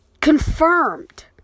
confirmed